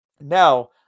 Now